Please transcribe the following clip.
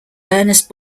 ernest